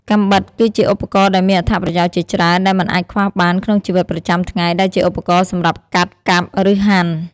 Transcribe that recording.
កាំបិត គឺជាឧបករណ៍ដែលមានអត្ថប្រយោជន៍ជាច្រើនដែលមិនអាចខ្វះបានក្នុងជីវិតប្រចាំថ្ងៃ ដែលជាឧបករណ៍សម្រាប់កាត់ កាប់ ឬហាន់។